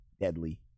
deadly